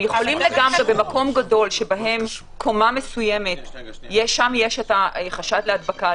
הם יכולים במקום גדול שבקומה מסוימת יש חשד להדבקה,